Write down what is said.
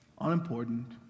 unimportant